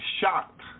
shocked